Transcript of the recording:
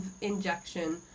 injection